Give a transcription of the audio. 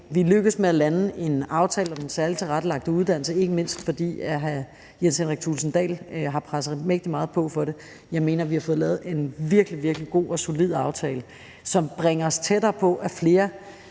er lykkedes med at lande en aftale om en særligt tilrettelagt uddannelse, ikke mindst fordi hr. Jens Henrik Thulesen Dahl har presset mægtig meget på for det, og jeg mener, at vi har fået lavet en virkelig, virkelig god og solid aftale, som bringer os tættere på, at flere